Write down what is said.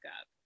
up